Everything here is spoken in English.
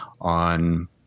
on